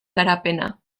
garapena